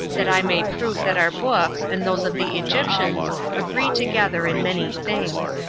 that i may prove that our books and those of the egyptians agree together in many things.